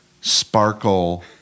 sparkle